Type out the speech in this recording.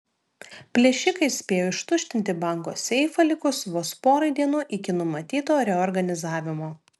plėšikai spėjo ištuštinti banko seifą likus vos porai dienų iki numatyto reorganizavimo